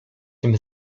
tym